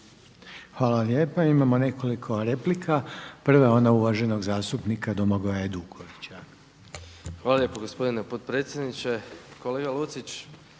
Hvala lijepa. Imamo nekoliko replika. Prva je ona uvaženog zastupnika Domagoja Hajdukovića. **Hajduković, Domagoj (SDP)** Hvala lijepo gospodine potpredsjedniče. Kolega Lucić,